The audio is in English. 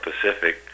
Pacific